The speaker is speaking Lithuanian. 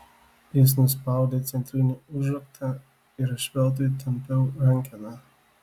jis nuspaudė centrinį užraktą ir aš veltui tampiau rankeną